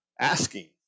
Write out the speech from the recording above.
asking